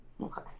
Okay